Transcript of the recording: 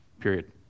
period